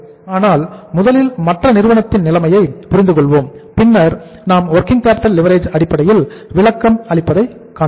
ஆனால் முதலில் மற்ற நிறுவனத்தின் நிலைமையை புரிந்து கொள்வோம் பின்னர் நாம் வொர்கிங் கேப்பிட்டல் லிவரேஜ் அடிப்படையில் விளக்கம் அளிப்பதை காண்போம்